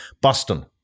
Boston